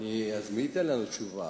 אז מי ייתן לנו תשובה?